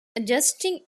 adjusting